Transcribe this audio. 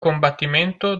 combattimento